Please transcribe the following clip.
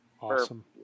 Awesome